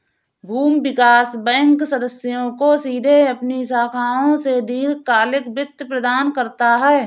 भूमि विकास बैंक सदस्यों को सीधे अपनी शाखाओं से दीर्घकालिक वित्त प्रदान करता है